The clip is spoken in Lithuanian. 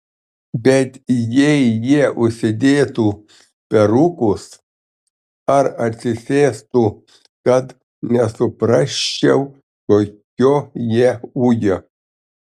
bet jei jie užsidėtų perukus ar atsisėstų kad nesuprasčiau kokio jie ūgio